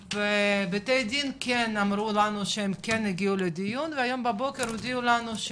ובתי דין כן אמרו לנו שהם כן יגיעו לדיון והיום בבוקר הודיעו לנו,